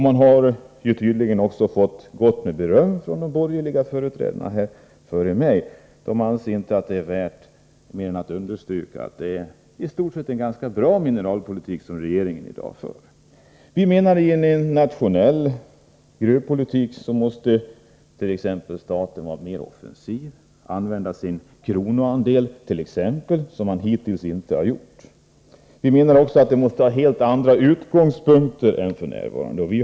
Man har tydligen fått beröm från de borgerliga företrädarna här före mig. De anser att det i stort sett är en ganska bra mineralpolitik som regeringen i dag för. Vi anser att staten i en nationell gruvpolitik måste vara mera offensiv. Man måste använda sin kronoandel, vilket man hittills inte har gjort. Man måste också ha helt andra utgångspunkter än f. n.